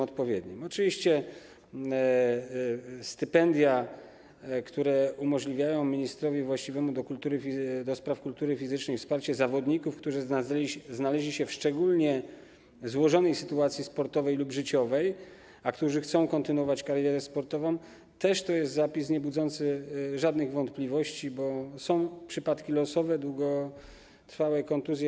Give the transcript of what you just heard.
Oczywiście stypendia, które umożliwiają ministrowi właściwemu do spraw kultury fizycznej wsparcie zawodników, którzy znaleźli się w szczególnie złożonej sytuacji sportowej lub życiowej, a którzy chcą kontynuować karierę sportową, też to jest zapis niebudzący żadnych wątpliwości, bo są przypadki losowe, długotrwałe kontuzje.